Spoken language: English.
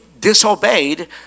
disobeyed